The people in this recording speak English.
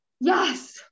Yes